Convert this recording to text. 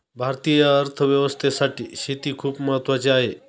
भारतीय अर्थव्यवस्थेसाठी शेती खूप महत्त्वाची आहे